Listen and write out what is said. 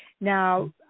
Now